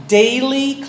daily